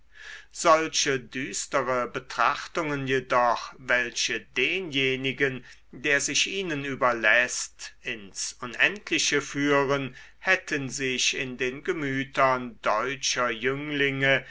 solche düstere betrachtungen jedoch welche denjenigen der sich ihnen überläßt ins unendliche führen hätten sich in den gemütern deutscher jünglinge